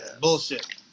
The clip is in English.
Bullshit